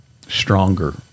stronger